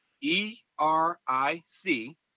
E-R-I-C